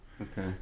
Okay